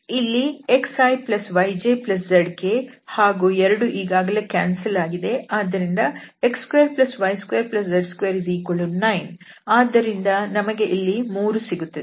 ಇಲ್ಲಿ xiyjzk ಹಾಗೂ 2 ಈಗಾಗಲೇ ಕ್ಯಾನ್ಸಲ್ ಆಗಿದೆ ಆದ್ದರಿಂದ x2y2z29 ಹಾಗಾಗಿ ನಮಗೆ ಇಲ್ಲಿ 3 ಸಿಗುತ್ತದೆ